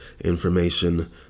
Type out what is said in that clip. information